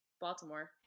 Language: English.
Baltimore